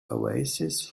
oasis